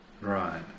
Right